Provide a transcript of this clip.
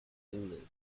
zulu